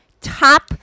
Top